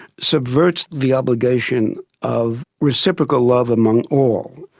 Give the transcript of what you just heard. subverts the obligation of reciprocal love among all.